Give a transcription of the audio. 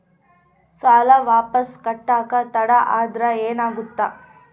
ಸಾಲ ವಾಪಸ್ ಕಟ್ಟಕ ತಡ ಆದ್ರ ಏನಾಗುತ್ತ?